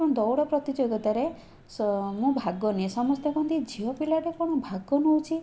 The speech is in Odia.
ଏବଂ ଦୌଡ଼ ପ୍ରତିଯୋଗତାରେ ମୁଁ ଭାଗ ନିଏ ସମସ୍ତେ କହନ୍ତି ଝିଅପିଲାଟା କ'ଣ ଭାଗ ନେଉଛି